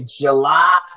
July